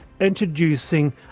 introducing